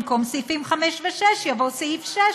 במקום סעיפים 5 ו-6 יבוא סעיף 6,